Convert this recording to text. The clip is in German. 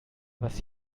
was